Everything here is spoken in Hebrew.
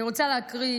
אני רוצה להקריא